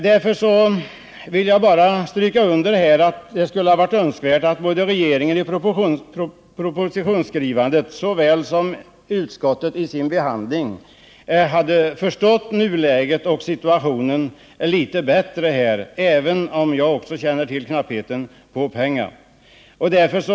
Därför vill jag understryka det önskvärda i att regeringen i sitt propositionsskrivande och utskottet i sin behandling hade förstått situationen litet bättre och handlat annorlunda trots knappheten på pengar, vilken också jag känner till.